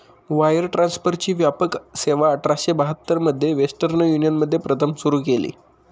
wire ट्रान्सफरची व्यापक सेवाआठराशे बहात्तर मध्ये वेस्टर्न युनियनने प्रथम सुरू केली